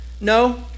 no